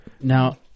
Now